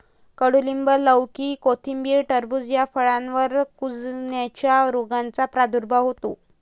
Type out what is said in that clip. कडूलिंब, लौकी, कोथिंबीर, टरबूज या फळांवर कुजण्याच्या रोगाचा प्रादुर्भाव होतो